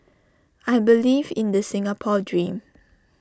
I believe in the Singapore dream